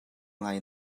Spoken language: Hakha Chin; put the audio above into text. ngai